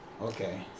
Okay